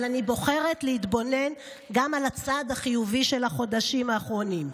אבל אני בוחרת להתבונן גם על הצד החיובי של החודשים האחרונים.